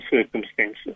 circumstances